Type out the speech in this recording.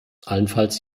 allenfalls